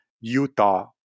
Utah